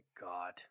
god